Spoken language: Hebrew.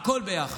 הכול ביחד.